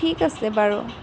ঠিক আছে বাৰু